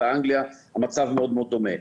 באנגליה המצב מאוד מאוד דומה.